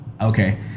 Okay